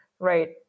Right